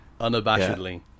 Unabashedly